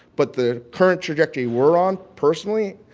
but the current trajectory we're on, personally,